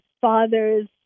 fathers